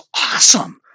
awesome